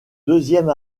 deuxième